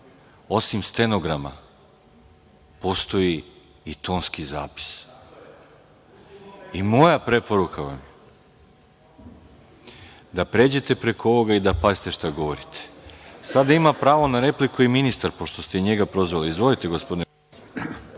osim stenograma postoji i tonski zapis. Moja preporuka vam je da pređete preko ovoga i da pazite šta govorite. Sada ima pravo na repliku i ministar, pošto ste i njega prozvali. Izvolite, gospodine